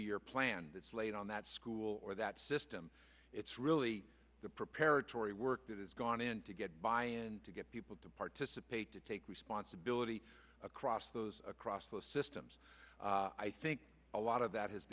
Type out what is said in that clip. year plan that's laid on that school or that system it's really the preparer tory work that has gone in to get by and to get people to participate to take responsibility across those across those systems i think a lot of that has